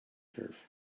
turf